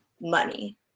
money